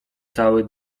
cały